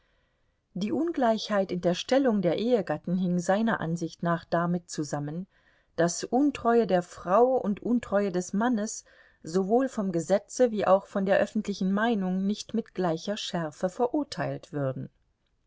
die ungleichheit in der stellung der ehegatten hing seiner ansicht nach damit zusammen daß untreue der frau und untreue des mannes sowohl vom gesetze wie auch von der öffentlichen meinung nicht mit gleicher schärfe verurteilt würden